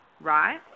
right